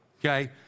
okay